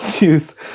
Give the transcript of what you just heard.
use